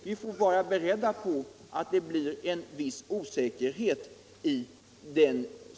Vi får vara beredda på att det blir en viss osäkerhet i beräkningarna.